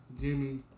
Jimmy